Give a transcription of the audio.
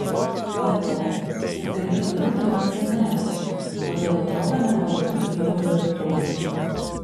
be to jis galėtų būti man senelis todėl atrodo nepadoru su juo flirtuoti